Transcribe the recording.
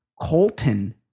Colton